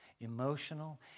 Emotional